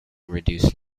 reduce